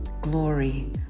glory